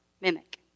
mimic